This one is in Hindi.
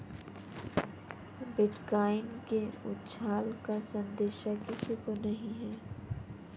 बिटकॉइन के उछाल का अंदेशा किसी को नही था